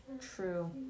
True